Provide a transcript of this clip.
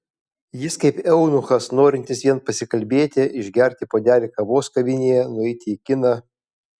jis kaip eunuchas norintis vien pasikalbėti išgerti puodelį kavos kavinėje nueiti į kiną